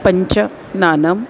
पञ्च नानम्